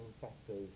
Factors